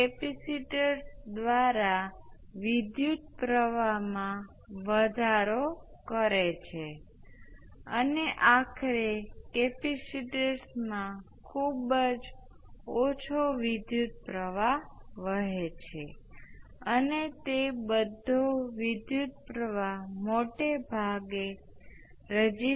કારણ કે ઈન્ડક્ટરનો વિદ્યુત પ્રવાહ પણ સતત હોવો જોઈએ અને જો તે ઈન્ડક્ટરનો વિદ્યુત પ્રવાહ સતત હોય તો તેની આજુબાજુ વોલ્ટેજ જે વિદ્યુત પ્રવાહના સમય સાથેના વિકલનમાં હોય છે અને એ પણ 0 હશે